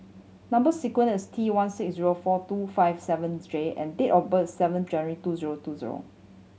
number sequence is T one six zero four two five seven J and date of birth seven January two zero two zero